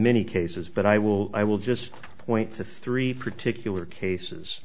many cases but i will i will just point to three particular cases